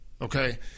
okay